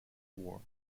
war